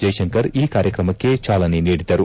ಜೈಶಂಕರ್ ಈ ಕಾರ್ಯಕ್ರಮಕ್ಕೆ ಚಾಲನೆ ನೀಡಿದರು